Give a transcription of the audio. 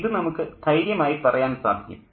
ഇതു നമുക്ക് ധൈര്യമായി പറയുവാൻ സാധിക്കും